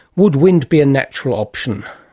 would wind be a natural option?